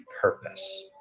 purpose